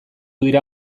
dira